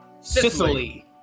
Sicily